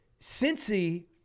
Cincy